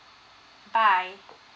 bye